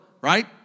Right